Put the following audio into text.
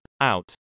Out